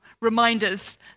reminders